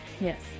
Yes